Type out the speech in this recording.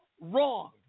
wrong